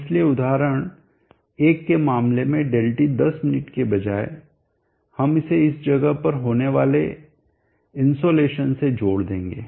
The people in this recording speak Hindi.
इसलिए उदाहरण एक के मामले में ∆t 10 मिनट के बजाय हम इसे इस जगह पर होने वाले इनसोलेशन से जोड़ देंगे